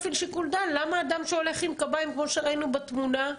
למה אדם שהולך עם קביים כמו שראינו בתמונה,